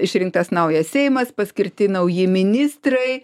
išrinktas naujas seimas paskirti nauji ministrai